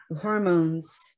hormones